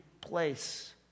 place